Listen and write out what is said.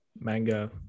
manga